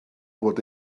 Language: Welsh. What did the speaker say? fod